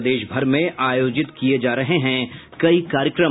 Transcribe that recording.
प्रदेशभर में आयोजित किये जा रहे हैं कई कार्यक्रम